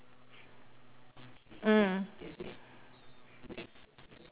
mm